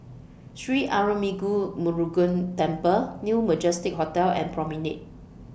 Sri Arulmigu Murugan Temple New Majestic Hotel and Promenade